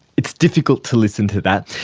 it's difficult to listen to that.